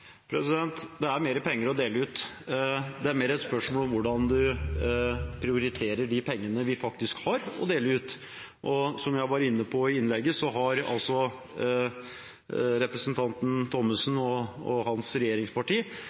Det er mer penger å dele ut. Det er mer et spørsmål om hvordan man prioriterer de pengene vi faktisk har å dele ut. Som jeg var inne på i innlegget, har representanten Thommessen og hans regjeringsparti